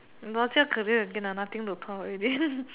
not career again lah nothing to talk already